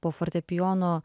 po fortepijono